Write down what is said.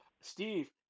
Steve